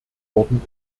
worden